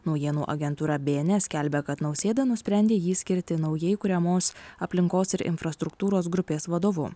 naujienų agentūra bns skelbia kad nausėda nusprendė jį skirti naujai kuriamos aplinkos ir infrastruktūros grupės vadovu